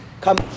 Come